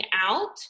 out